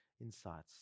insights